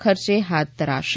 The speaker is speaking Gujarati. ખર્ચે હાથ ધરાશે